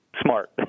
smart